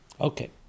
Okay